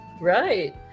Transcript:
Right